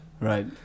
Right